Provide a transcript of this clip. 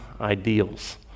ideals